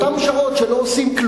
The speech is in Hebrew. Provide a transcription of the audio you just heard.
לא יום כיפור.